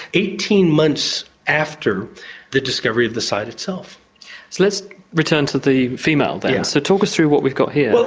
eighteen months after the discovery of the site itself. so let's return to the female then. yeah so talk us through what we've got here.